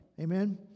Amen